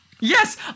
Yes